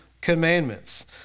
commandments